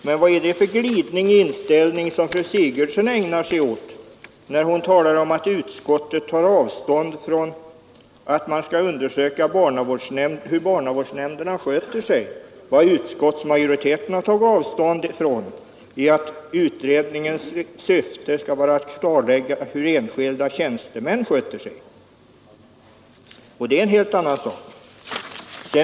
Men vilken glidning i inställning ägnar sig fru Sigurdsen åt, när hon talar om att utskottet tar avstånd från att man skall undersöka hur barnavårdsnämnderna sköter sig? Vad utskottsmajoriteten tagit avstånd från är att utredningens syfte skall vara att klarlägga hur enskilda tjänstemän sköter sig. Det är en helt annan sak.